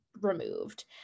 removed